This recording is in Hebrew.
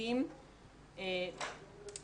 הלומדים בי"ב וגם בקשר לכלל הלומדים,